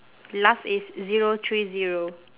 last is zero three zero